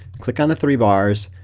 click on the three bars,